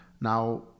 Now